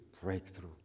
breakthrough